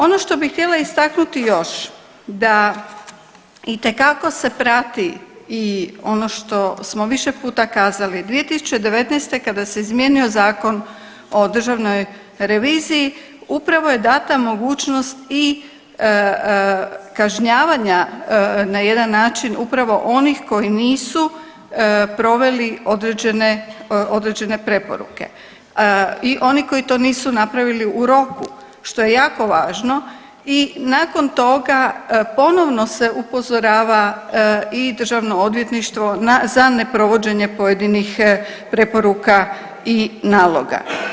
Ono što bih htjela istaknuti još da itekako se prati i ono što smo više puta kazali, 2019. kada se izmijenio Zakon o državnoj reviziji, upravo je data mogućnost i kažnjavanja na jedan način, upravo onih koji nisu proveli određene preporuke i oni koji to nisu napravili u roku, što je jako važno i nakon toga ponovno se upozorava i DORH za neprovođenje pojedinih preporuka i naloga.